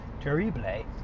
Terrible